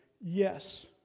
Yes